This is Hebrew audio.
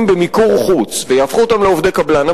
במיקור-חוץ ויהפכו אותם לעובדי קבלן,